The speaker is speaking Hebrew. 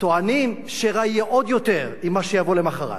טוענים שרע יהיה עוד יותר עם מה שיבוא למחרת,